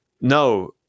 no